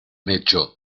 hecho